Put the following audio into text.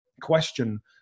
question